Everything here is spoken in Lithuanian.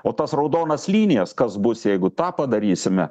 o tas raudonas linijas kas bus jeigu tą padarysime